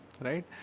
right